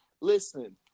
Listen